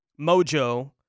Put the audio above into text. Mojo